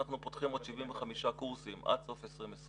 אנחנו פותחים עוד 75 קורסים עד סוף 2020,